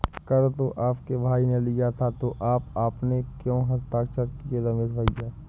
कर तो आपके भाई ने लिया है तो आपने क्यों हस्ताक्षर किए रमेश भैया?